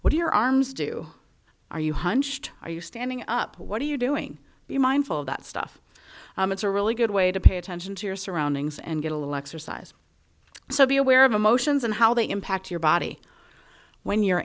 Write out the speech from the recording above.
what your arms do are you hunched are you standing up what are you doing you mindful of that stuff it's a really good way to pay attention to your surroundings and get a little exercise so be aware of emotions and how they impact your body when you're